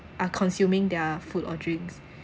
are consuming their food or drinks